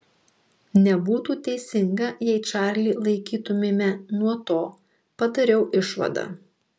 nebūtų teisinga jei čarlį laikytumėme nuo to padariau išvadą